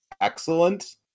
excellent